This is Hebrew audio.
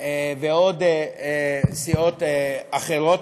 ומסיעות אחרות,